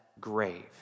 grave